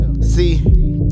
See